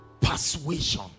Persuasion